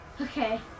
Okay